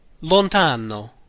Lontano